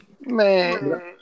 Man